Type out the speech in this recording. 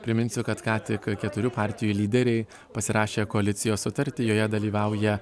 priminsiu kad ką tik keturių partijų lyderiai pasirašė koalicijos sutartį joje dalyvauja